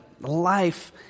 Life